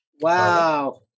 Wow